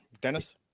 Dennis